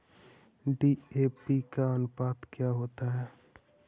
DAP का अनुपात क्या होता है?